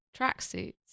tracksuits